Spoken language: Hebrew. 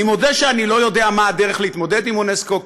אני מודה שאני לא יודע מה הדרך להתמודד עם אונסק"ו,